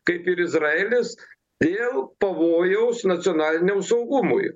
kaip ir izraelis dėl pavojaus nacionaliniam saugumui